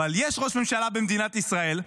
אבל יש ראש ממשלה במדינת ישראל,